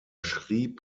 schrieb